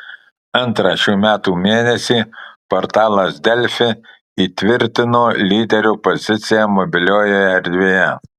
antrą šių metų mėnesį portalas delfi įtvirtino lyderio poziciją mobiliojoje erdvėje